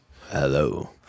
hello